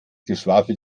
geschwafel